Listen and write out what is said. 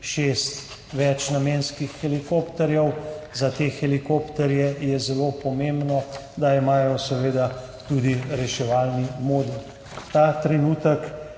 šest večnamenskih helikopterjev, za te helikopterje je zelo pomembno, da imajo seveda tudi reševalni modul. Ta trenutek